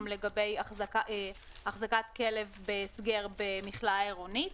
לגבי החזקת כלב בהסגר במכלאה עירונית.